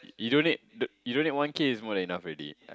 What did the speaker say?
you donate the you donate one K is more than enough already